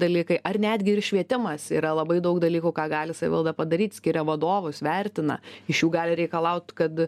dalykai ar netgi ir švietimas yra labai daug dalykų ką gali savivalda padaryt skiria vadovus vertina iš jų gali reikalaut kad